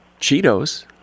Cheetos